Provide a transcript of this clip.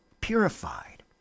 purified